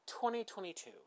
2022